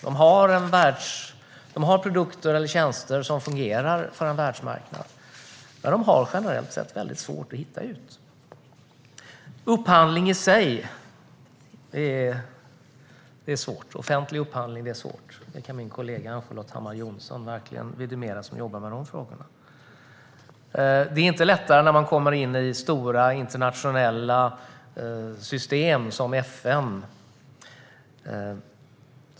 De har produkter eller tjänster som fungerar för en världsmarknad, men de har generellt sett väldigt svårt att hitta ut. Upphandling i sig är svårt. Offentlig upphandling är svårt; det kan min kollega Ann-Charlotte Hammar Johnsson som jobbar med de frågorna verkligen vidimera. Det är inte lättare när man kommer in i stora internationella system som FN.